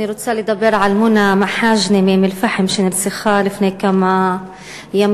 אני רוצה לדבר על מונא מחאג'נה מאום-אלפחם שנרצחה לפני כמה ימים,